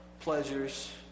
pleasures